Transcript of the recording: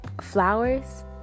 flowers